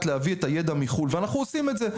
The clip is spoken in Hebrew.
להביא את הידע מחו"ל ואנחנו עושים את זה,